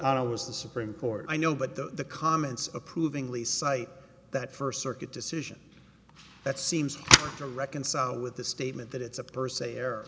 i was the supreme court i know but the comments approvingly cite that first circuit decision that seems to reconcile with the statement that it's a per se